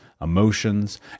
emotions